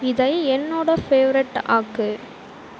இதை என்னோடய ஃபேவ்ரட் ஆக்கு